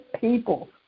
people